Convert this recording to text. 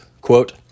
quote